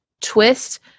twist